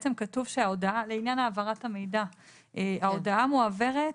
בעצם כתוב לעניין העברת המידע שההודעה מועברת,